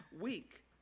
week